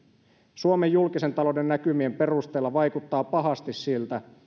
suomen julkisen talouden näkymien perusteella vaikuttaa pahasti siltä